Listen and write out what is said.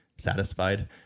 satisfied